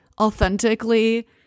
authentically